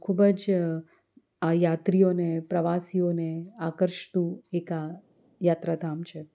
ખૂબ જ આ યાત્રીઓને પ્રવાસીઓને આકર્ષતું એક આ યાત્રાધામ છે